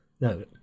No